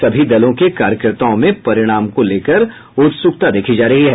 सभी दलों के कार्यकर्ताओं में परिणामों को लेकर उत्सुकता देखी जा रही है